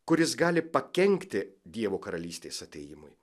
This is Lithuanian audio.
kuris gali pakenkti dievo karalystės atėjimui